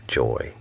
joy